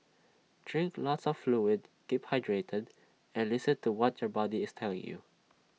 drink lots of fluid keep hydrated and listen to what your body is telling you